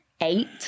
eight